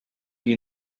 you